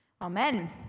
amen